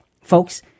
folks